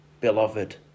beloved